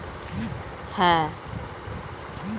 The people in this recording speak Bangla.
মার্কেট টু মার্কেট হচ্ছে এখনকার সময় বাজারের ব্যবস্থা বিবেচনা করা